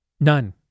none